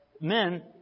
men